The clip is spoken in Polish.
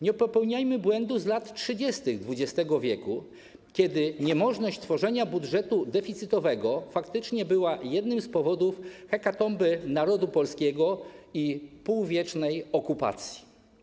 Nie popełnijmy błędu z lat 30. XX w., kiedy niemożność tworzenia budżetu deficytowego faktycznie była jednym z powodów hekatomby narodu polskiego i półwiecznej okupacji.